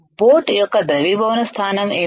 boat యొక్క ద్రవీభవన స్థానం ఏమిటి